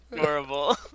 horrible